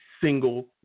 single